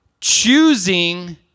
choosing